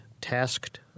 tasked